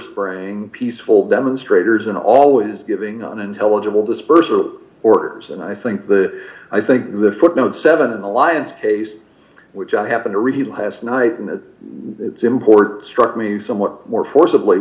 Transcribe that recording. spraying peaceful demonstrators and always giving unintelligible dispersal of orders and i think the i think the footnote seven and alliance case which i happen to review has night and it was important struck me somewhat more forcibly